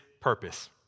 purpose